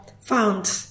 found